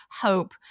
hope